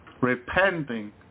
Repenting